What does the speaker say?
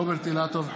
רוברט אילטוב,